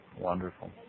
wonderful